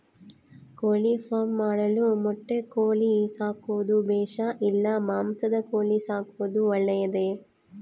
ಕೋಳಿಫಾರ್ಮ್ ಮಾಡಲು ಮೊಟ್ಟೆ ಕೋಳಿ ಸಾಕೋದು ಬೇಷಾ ಇಲ್ಲ ಮಾಂಸದ ಕೋಳಿ ಸಾಕೋದು ಒಳ್ಳೆಯದೇ?